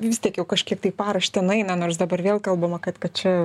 vis tiek jau kažkiek tai į paraštę nueina nors dabar vėl kalbama kad kad čia